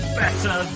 better